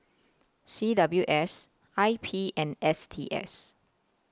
C W S I P and S T S